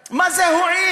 פתחנו, מה זה הועיל?